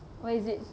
what is it